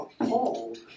appalled